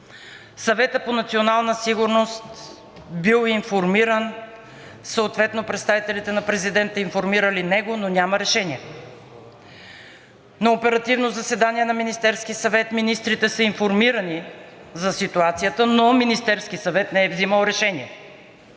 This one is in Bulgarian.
Съветът по национална сигурност бил информиран, съответно представителите на президента информирали него, но няма решение. На оперативно заседание на Министерския съвет министрите са информирани за ситуацията, но Министерският съвет не е взимал решение.